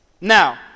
Now